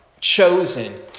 chosen